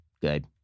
good